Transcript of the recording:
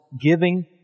giving